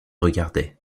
regardait